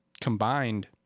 combined